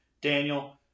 Daniel